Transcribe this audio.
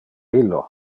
illo